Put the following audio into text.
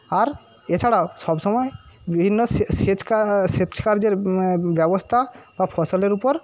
আর এছাড়া সবসময় বিভিন্ন সেচকার্যের ব্যবস্থা বা ফসলের ওপর